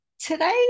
Today